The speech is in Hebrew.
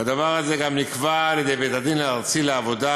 הדבר הזה גם נקבע על-ידי בית-הדין הארצי לעבודה